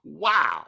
Wow